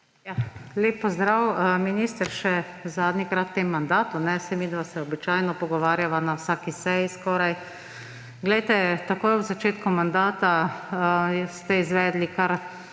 Lep pozdrav, minister, še zadnjikrat v tem mandatu, saj midva se običajno pogovarjava na skoraj vsaki seji. Takoj na začetku mandata ste izvedli kar